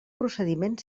procediment